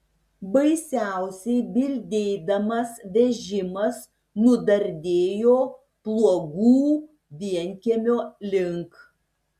baisiausiai bildėdamas vežimas nudardėjo pluogų vienkiemio link